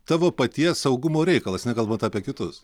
tavo paties saugumo reikalas nekalbant apie kitus